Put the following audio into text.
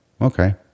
Okay